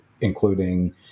including